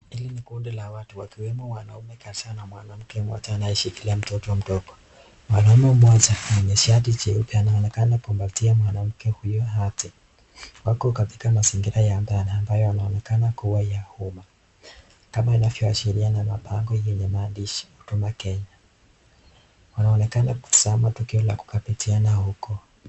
Hili ni kundi la watu wakiwemo wanaume kadhaa na mwanamke mmoja anyeshikilia mtoto mdogo. Mwanaume moja ana shati jeupe anaonekana kumpatia mwanamke huyo hati. Wako katika mazingira ya ndani amabayo yanaonekana kuwa ya umma. Kama inavyoashiria na bango yenye maandishi Huduma Kenya. Wanaonekana kutazama tukio la kukabidhiana huko.